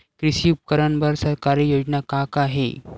कृषि उपकरण बर सरकारी योजना का का हे?